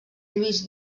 lluís